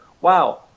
wow